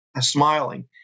Smiling